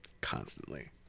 Constantly